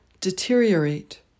deteriorate